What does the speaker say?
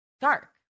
dark